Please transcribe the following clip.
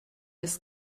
des